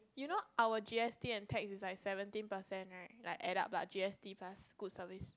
you know our G_S_T and tax is like seventeen percent right like add up lah G_S_T plus good service